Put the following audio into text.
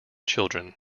children